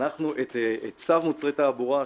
את צו מוצרי תעבורה,